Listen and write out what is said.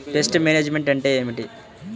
Pest management అంటే ఏమిటి?